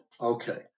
Okay